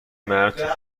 مرد